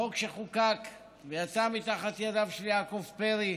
החוק שחוקק ויצא מתחת ידיו של יעקב פרי,